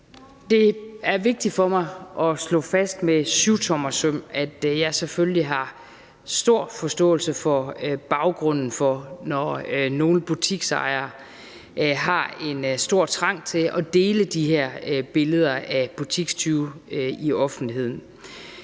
Det er vigtigt for mig at slå fast med syvtommersøm, at jeg selvfølgelig har stor forståelse for baggrunden for, at nogle butiksejere har en stor trang til at dele de her billeder af butikstyve i offentligheden,